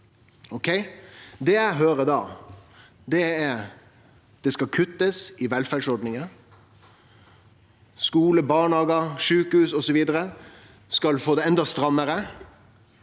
Det eg høyrer da, er at det skal kuttast i velferdsordningar. Skular, barnehagar, sjukehus og så vidare skal få det enda strammare.